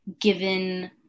given